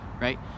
Right